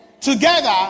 Together